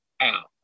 out